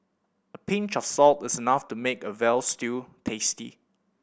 a pinch of salt is enough to make a veal stew tasty